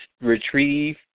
retrieve